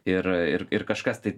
ir ir ir kažkas tai